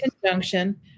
conjunction